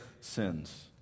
sins